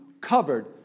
covered